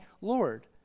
Lord